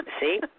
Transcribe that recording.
See